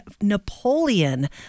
Napoleon